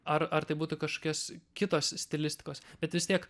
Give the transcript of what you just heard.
ar ar tai būtų kažkokios kitos stilistikos bet vis tiek